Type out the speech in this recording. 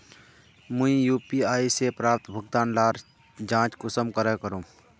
मुई यु.पी.आई से प्राप्त भुगतान लार जाँच कुंसम करे करूम?